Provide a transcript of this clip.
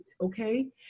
Okay